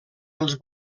els